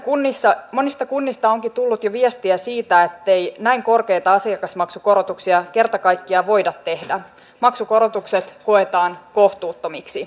tässä taloudellisessa tilanteessa on tullut jo viestiä siitä ei enää korkeita asiakasmaksukorotuksia kerta kaikkiaan pakko supistaa määrärahoja